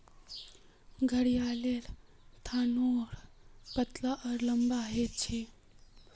घड़ियालेर थथोना पतला आर लंबा ह छे